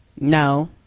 No